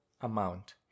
amount